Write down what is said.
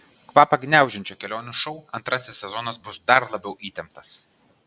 kvapą gniaužiančio kelionių šou antrasis sezonas bus dar labiau įtemptas